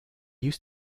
used